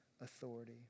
authority